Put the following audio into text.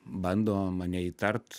bando mane įtart